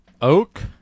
oak